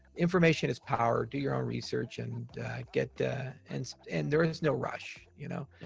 information is power, do your own research and get and so and there is no rush. you know?